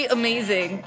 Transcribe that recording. amazing